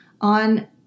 on